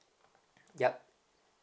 yup